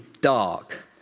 dark